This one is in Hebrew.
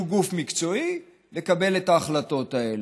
שהוא גוף מקצועי, לקבל את ההחלטות האלה.